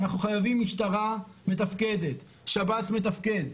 אנחנו חייבים משטרה מתפקדת, שב"ס מתפקד,